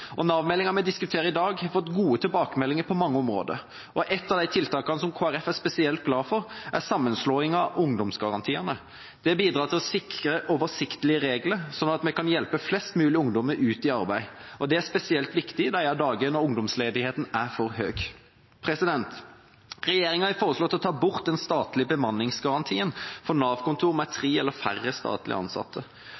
vi diskuterer i dag, har fått gode tilbakemeldinger på mange områder. Ett av tiltakene som Kristelig Folkeparti er spesielt glad for, er sammenslåingen av ungdomsgarantiene. Det bidrar til å sikre oversiktlige regler, slik at vi kan hjelpe flest mulig ungdommer ut i arbeid. Det er spesielt viktig i disse dager da ungdomsledigheten er for høy. Regjeringa har foreslått å ta bort den statlige bemanningsgarantien for Nav-kontor med